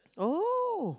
oh